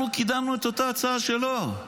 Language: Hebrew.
אנחנו קידמנו את אותה הצעה שלו.